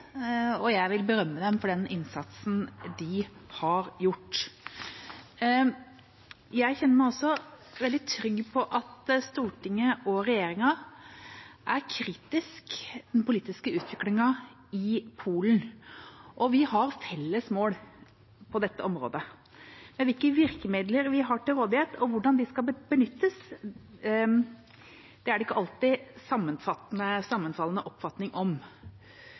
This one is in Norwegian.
i. Jeg vil berømme dem for den innsatsen de har gjort. Jeg kjenner meg også veldig trygg på at Stortinget og regjeringa er kritisk til den politiske utviklingen i Polen, og vi har felles mål på dette området. Hvilke virkemidler vi har til rådighet, og hvordan de skal benyttes, er det ikke alltid en sammenfallende oppfatning om.